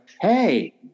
hey